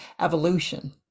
evolution